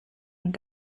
und